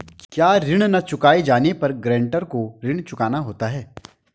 क्या ऋण न चुकाए जाने पर गरेंटर को ऋण चुकाना होता है?